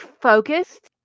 focused